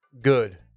good